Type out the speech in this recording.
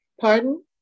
Pardon